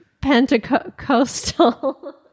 Pentecostal